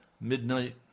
midnight